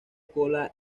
cola